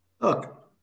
Look